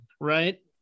right